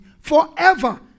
forever